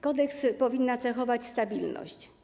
Kodeks powinna cechować stabilność.